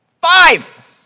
five